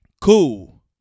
Cool